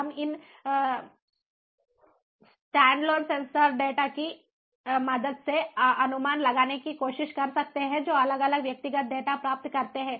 हम इन standalone sensor data की मदद से अनुमान लगाने की कोशिश कर सकते हैं जो अलग अलग व्यक्तिगत डेटा प्राप्त करते हैं